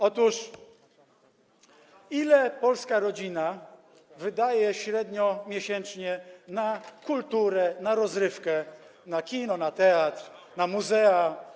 Otóż ile polska rodzina wydaje średnio miesięcznie na kulturę, na rozrywkę, na kino, na teatr, na muzea?